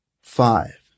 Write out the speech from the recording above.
Five